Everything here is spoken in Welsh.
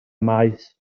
maes